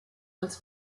als